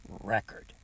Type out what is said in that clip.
record